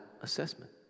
assessment